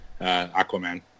Aquaman